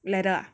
ladder ah